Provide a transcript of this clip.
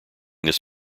this